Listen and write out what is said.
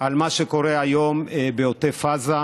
למה שקורה היום בעוטף עזה.